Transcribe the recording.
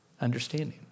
understanding